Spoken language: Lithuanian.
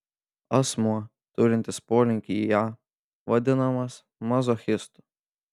asmuo turintis polinkį į a vadinamas mazochistu